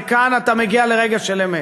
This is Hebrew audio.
וכאן אתה מגיע לרגע של אמת.